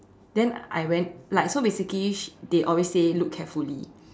then I went like so basically she they always say look carefully